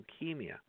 leukemia